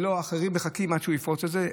ואחרים מחכים עד שהוא יפרוץ את זה.